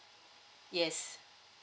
yes